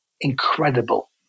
incredible